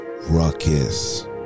ruckus